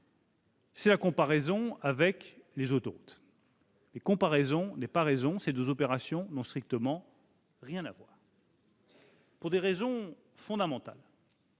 fait une comparaison avec les autoroutes. Mais comparaison n'est pas raison : ces deux opérations n'ont strictement rien à voir, pour des raisons fondamentales.